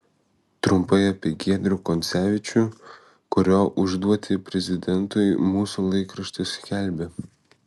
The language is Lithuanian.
trumpai apie giedrių koncevičių kurio užduotį prezidentui mūsų laikraštis skelbia